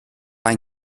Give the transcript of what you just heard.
ein